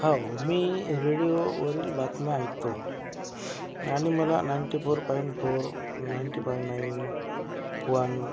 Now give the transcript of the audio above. हाव मी रेडिओवरील बातम्या ऐकतो आणि मला ninety four point four ninety five nine one